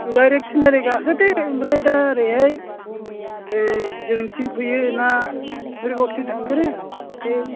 direct तिनआलि गाखोदो ओमफ्राय दा ओरैहाय ओ जोंनिथिं फैयो ना सिमबोरगावसिम थांग्रोयो बे